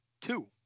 two